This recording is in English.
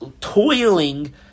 toiling